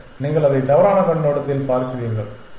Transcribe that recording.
இல்லை நீங்கள் அதை தவறான கண்ணோட்டத்தில் பார்க்கிறீர்கள்